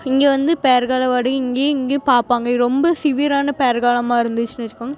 இங்கே வந்து பேறுகாலம் வார்டு இங்கேயும் இங்கேயும் பார்ப்பாங்க ரொம்ப சிவியரான பேறுகாலமாக இருந்துச்சின்னு வச்சிக்கோங்க